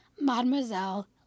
Mademoiselle